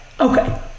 Okay